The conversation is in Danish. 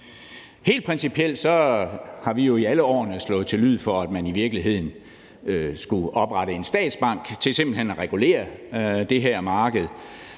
Helt principielt har vi jo i alle årene slået til lyd for, at man i virkeligheden skulle oprette en statsbank til simpelt hen at regulere det her marked